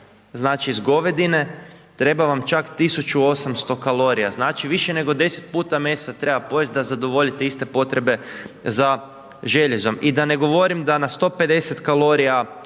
znači iz govedine, treba vam čak 1800 kalorija, znači više nego 10 puta mesa treba pojest da zadovoljite iste potrebe za željezom, i da ne govorim da na 150 kalorija